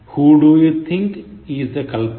Who do you think is the culprit